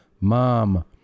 MOM